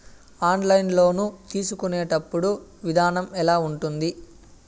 online loan తీసుకునేటప్పుడు విధానం ఎలా ఉంటుంది